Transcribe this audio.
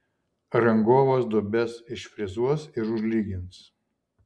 rangovas duobes išfrezuos ir užlygins